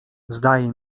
zdaje